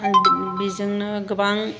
बेजोंनो गोबां